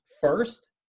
first